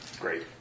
Great